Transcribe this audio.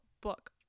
book